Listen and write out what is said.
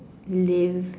live